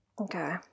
Okay